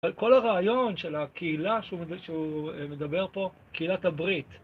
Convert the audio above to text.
על כל הרעיון של הקהילה שהוא מד... שהוא מדבר פה, קהילת הברית